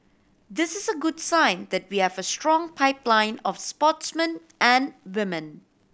this is a good sign that we have a strong pipeline of sportsmen and women